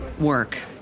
work